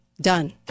Done